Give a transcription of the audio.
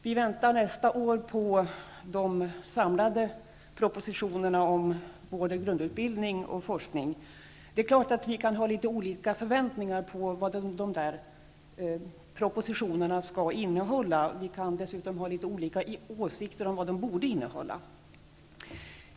Vi väntar nästa år de samlade propositionerna om både grundutbildning och forskning. Det är klart att vi kan ha litet olika förväntningar på vad dessa propositioner skall innehålla, och vi kan ha olika åsikter om vad de borde innehålla.